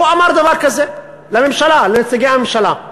הוא אמר דבר כזה לנציגי הממשלה,